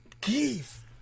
give